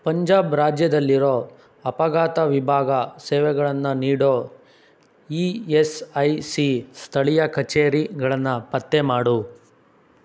ಪಂಜಾಬ್ ರಾಜ್ಯದಲ್ಲಿರೋ ಅಪಘಾತ ವಿಭಾಗ ಸೇವೆಗಳನ್ನು ನೀಡೋ ಇ ಎಸ್ ಐ ಸಿ ಸ್ಥಳೀಯ ಕಚೇರಿಗಳನ್ನು ಪತ್ತೆ ಮಾಡು